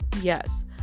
yes